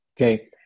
Okay